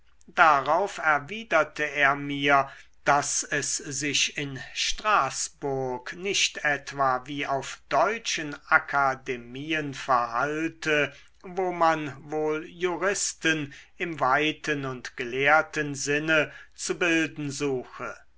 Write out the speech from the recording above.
darauf erwiderte er mir daß es sich in straßburg nicht etwa wie auf deutschen akademien verhalte wo man wohl juristen im weiten und gelehrten sinne zu bilden suche